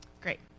great